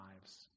lives